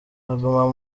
kuguma